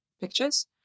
pictures